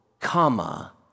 comma